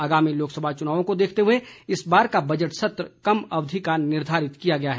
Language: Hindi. आगामी लोकसभा चुनाव को देखते हुए इस बार का बजट सत्र कम अवधि का निर्धारित किया गया है